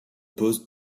poste